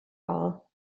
hall